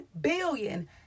billion